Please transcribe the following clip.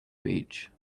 beach